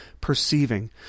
perceiving